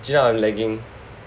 经常有 lagging